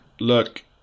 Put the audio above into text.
look